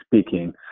speaking